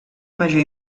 major